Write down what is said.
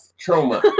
trauma